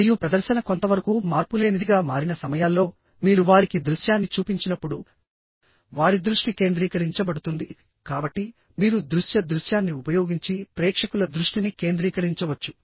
మరియు ప్రదర్శన కొంతవరకు మార్పులేనిదిగా మారిన సమయాల్లోమీరు వారికి దృశ్యాన్ని చూపించినప్పుడు వారి దృష్టి కేంద్రీకరించబడుతుందికాబట్టి మీరు దృశ్య దృశ్యాన్ని ఉపయోగించి ప్రేక్షకుల దృష్టిని కేంద్రీకరించవచ్చు